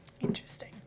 Interesting